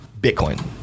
Bitcoin